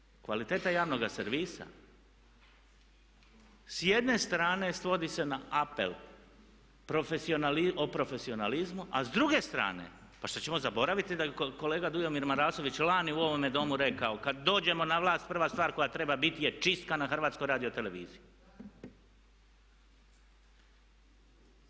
A meritum, kvaliteta javnoga servisa, s jedne strane svodi se na apel o profesionalizmu a s druge strane, pa šta ćemo zaboraviti da je kolega Dujomir Marasović lani u ovome Domu rekao, kada dođemo na vlast, prva stvar koja treba biti je čistka na HRT-u.